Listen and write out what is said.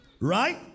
right